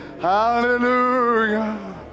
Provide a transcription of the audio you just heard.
hallelujah